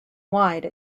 wide